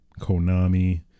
Konami